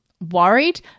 Worried